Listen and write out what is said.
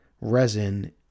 resin